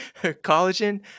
collagen